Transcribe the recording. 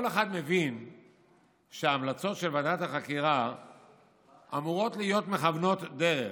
כל אחד מבין שההמלצות של ועדת החקירה אמורות להיות מכוונות דרך.